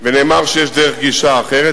נאמר גם שיש דרך גישה אחרת.